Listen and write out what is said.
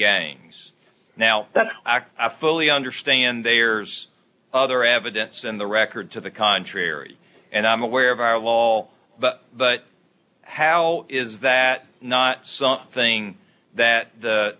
gangs now that i fully understand there's other evidence in the record to the contrary and i'm aware of are all but but how is that not something that the